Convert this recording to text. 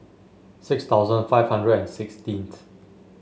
six thousand five hundred and sixteenth